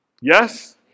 Yes